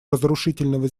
разрушительного